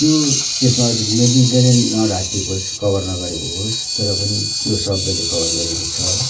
त्यो त्यसमा म्युजिकले नै नढाकिएको होस् कभर नगरीको होस् र पनि त्यो शब्दले कभर गरेको छ